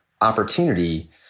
opportunity